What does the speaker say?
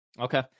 okay